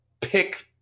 pick